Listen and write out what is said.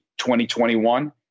2021